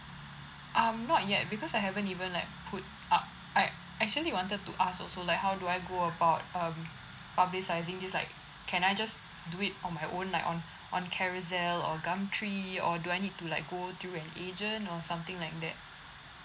um not yet because I haven't even like put up I actually wanted to ask also like how do I go about um publicising this like can I just do it on my own like on on carousell or gum tree or do I need to like go through an agent or something like that